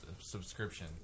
subscription